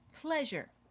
pleasure